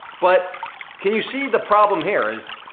but can you see the problem here is